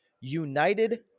United